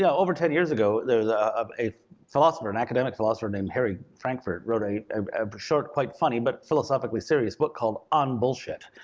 yeah over ten years ago, um a philosopher, an academic philosopher named harry frankfort wrote a um short, quite funny, but philosophically serious book called on bullshit,